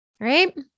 Right